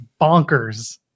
Bonkers